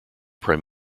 prime